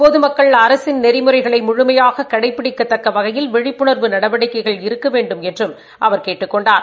பொதுமக்கள் முழுமையாக கடைபிடிக்கத்தக்க வகையில் விழிப்புண்வு நடவடிக்கைகள் இருக்க வேண்டுமென்றும் அவர் கேட்டுக் கொண்டார்